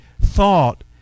thought